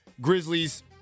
Grizzlies